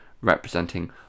representing